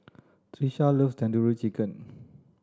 Tricia loves Tandoori Chicken